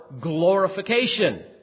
glorification